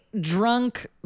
drunk